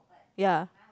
ya